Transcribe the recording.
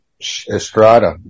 Estrada